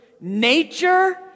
nature